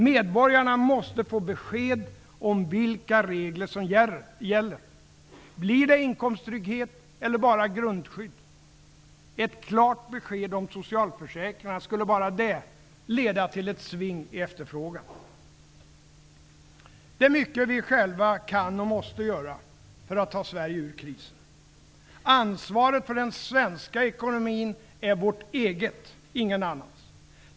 Medborgarna måste få besked om vilka regler som gäller. Blir det inkomsttrygghet eller bara grundskydd? Ett klart besked om socialförsäkringarna skulle leda till ett sving i efterfrågan. Det är mycket vi själva kan och måste göra för att ta Sverige ur krisen. Ansvaret för den svenska ekonomin är vårt eget, ingen annans.